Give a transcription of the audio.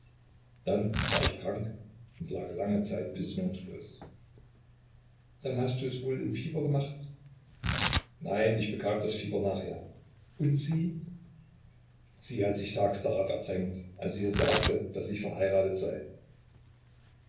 dann ward ich krank und lag lange zeit besinnungslos dann hast du es wohl im fieber gemacht nein ich bekam das fieber nachher und sie sie hat sich tags darauf ertränkt als ich ihr sagte daß ich verheiratet sei